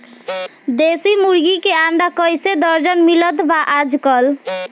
देशी मुर्गी के अंडा कइसे दर्जन मिलत बा आज कल?